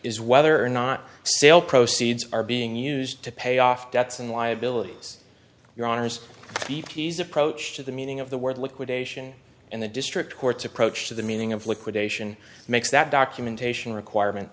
is whether or not sale proceeds are being used to pay off debts and liabilities your honour's beatty's approach to the meaning of the word liquidation and the district courts approach to the meaning of liquidation makes that documentation requirement